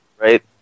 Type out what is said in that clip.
right